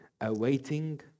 Awaiting